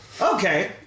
Okay